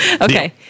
Okay